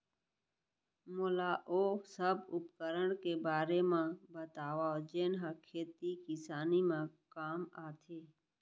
मोला ओ सब उपकरण के बारे म बतावव जेन ह खेती किसानी म काम आथे?